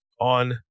on